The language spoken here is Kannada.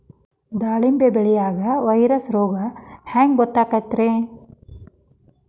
ದಾಳಿಂಬಿ ಬೆಳಿಯಾಗ ವೈರಸ್ ರೋಗ ಹ್ಯಾಂಗ ಗೊತ್ತಾಕ್ಕತ್ರೇ?